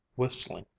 whistling.